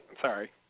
Sorry